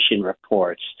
reports